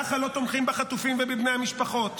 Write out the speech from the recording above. ככה לא תומכים בחטופים ובבני המשפחות.